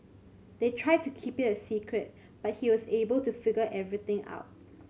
they tried to keep it a secret but he was able to figure everything out